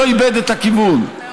לא איבד את הכיוון.